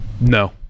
No